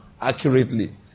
accurately